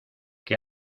que